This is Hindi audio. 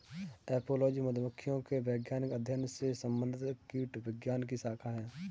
एपोलॉजी मधुमक्खियों के वैज्ञानिक अध्ययन से संबंधित कीटविज्ञान की शाखा है